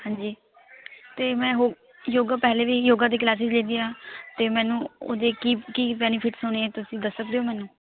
ਹਾਂਜੀ ਅਤੇ ਮੈਂ ਯੋਗਾ ਪਹਿਲੇ ਵੀ ਯੋਗਾ ਦੀ ਕਲਾਸਿਜ ਲੈ ਰਹੀ ਆ ਅਤੇ ਮੈਨੂੰ ਉਹਦੇ ਕੀ ਕੀ ਬੈਨੀਫਿੱਟਸ ਹੋਣੇ ਹੈ ਤੁਸੀਂ ਦੱਸ ਸਕਦੇ ਓ ਮੈਨੂੰ